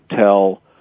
tell